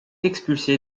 expulsé